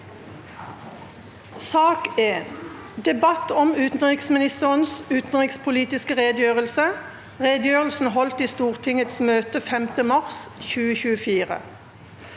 Debatt om utenriksministerens utenrikspolitiske redegjørelse (Redegjørelsen holdt i Stortingets møte 5. mars 2024)